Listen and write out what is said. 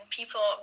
people